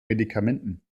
medikamenten